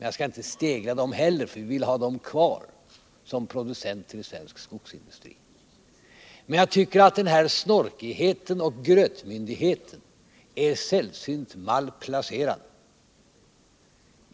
Jag skall inte stegla dem heller, för vi vill ha dem kvar såsom producenter i svensk skogsindustri. Men jag tycker att denna snorkighet och grötmyndighet är sällsynt malplacerad.